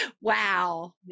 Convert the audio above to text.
Wow